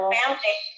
family